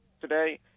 today